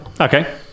Okay